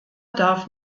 darf